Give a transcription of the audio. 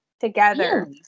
together